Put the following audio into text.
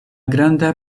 granda